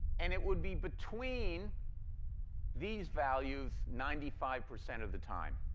and it would be between these values ninety five percent of the time.